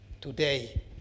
Today